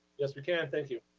yes, we can. thank you.